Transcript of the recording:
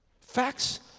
Facts